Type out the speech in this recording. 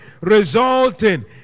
resulting